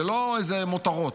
זה לא איזה מותרות.